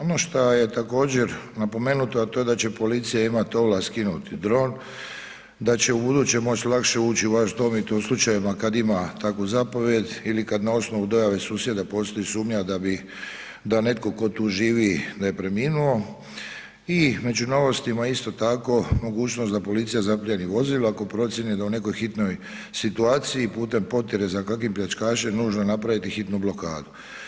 Ono šta je također napomenuto, a to je da će policija imati ovlast skinuti dron, da će ubuduće lakše moći ući u vaš dom i to u slučajevima kad ima takvu zapovijed ili kad na osnovu dojave susjeda postoji sumnja da netko tko tu živi da je preminuo i među novostima isto tako mogućnost da policija zapljeni vozilo ako procijeni da u nekoj hitnoj situaciji putem potjere za kakvim pljačkašem nužno napraviti hitnu blokadu.